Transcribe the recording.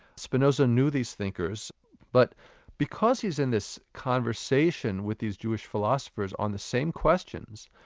spinoza knew these thinkers but because he's in this conversation with these jewish philosophers on the same questions,